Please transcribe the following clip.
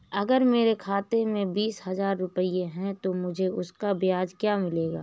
अगर मेरे खाते में बीस हज़ार रुपये हैं तो मुझे उसका ब्याज क्या मिलेगा?